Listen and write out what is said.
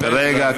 רגע,